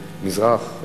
מזרח,